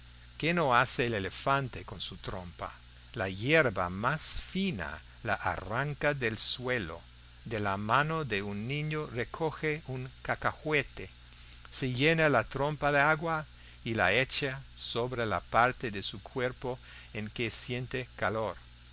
qué no hace el elefante con su trompa la yerba más fina la arranca del suelo de la mano de un niño recoge un cacahuete se llena la trompa de agua y la echa sobre la parte de su cuerpo en que siente calor